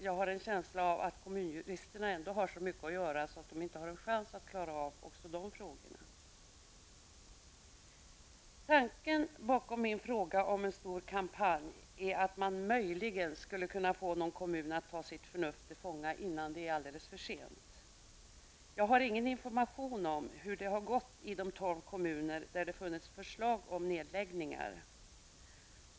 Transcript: Jag har en känsla av att kommunjuristerna ändå har så mycket att göra att de inte har en chans att klara av även de frågorna. Tanken bakom min fråga om en stor kampanj är att möjligen skulle kunna få någon kommun att ta sitt förnuft till fånga innan det är alldeles försent. Jag har ingen information om hur det har gått i de tolv kommuner där det har funnits förslag om nedläggningar.